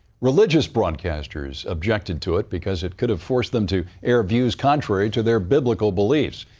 religious broadcasters objected to it, because it could have forced them to air views contrary to their biblical beliefs.